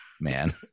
man